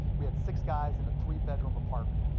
we had six guys in a three-bedroom apartment.